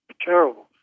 Terrible